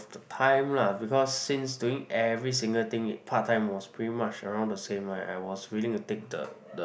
the time lah because since doing every single thing in part time was pretty much around the same right I was willing to take the the